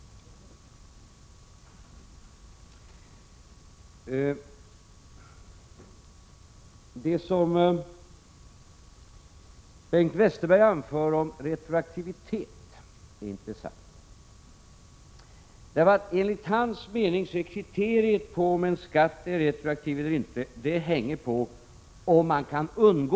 Det som Bengt Westerberg anför om retroaktivitet är intressant. Enligt hans mening är kriteriet på om en skatt är retroaktiv eller inte huruvida man kan undgå den eller inte.